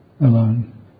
alone